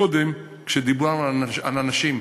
קודם, כשדיברנו על הנשים,